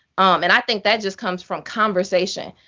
and i think that just comes from conversation.